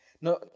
no